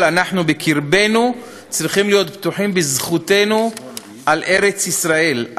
אנחנו בקרבנו צריכים להיות בטוחים בזכותנו על ארץ-ישראל,